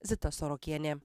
zita sorokienė